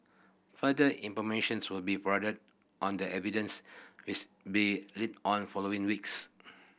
further information's will be provided on the evidence which be led on following weeks